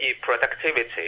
productivity